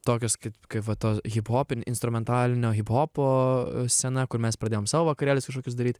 tokios kaip va to hiphop instrumentalinio hiphopo scena kur mes pradėjom savo vakarėlius kažkokius daryt